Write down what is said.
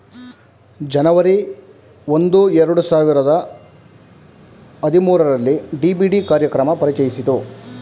ಜನವರಿ ಒಂದು ಎರಡು ಸಾವಿರದ ಹದಿಮೂರುರಲ್ಲಿ ಡಿ.ಬಿ.ಡಿ ಕಾರ್ಯಕ್ರಮ ಪರಿಚಯಿಸಿತು